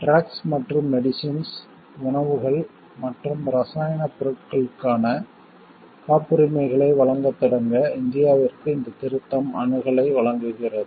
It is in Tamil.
ட்ரக்ஸ் மற்றும் மெடிசின்ஸ் உணவுகள் மற்றும் இரசாயனப் பொருட்களுக்கான காப்புரிமைகளை வழங்கத் தொடங்க இந்தியாவிற்கு இந்த திருத்தம் அணுகலை வழங்குகிறது